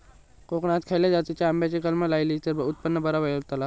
कोकणात खसल्या जातीच्या आंब्याची कलमा लायली तर उत्पन बरा गावताला?